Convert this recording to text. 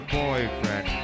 boyfriend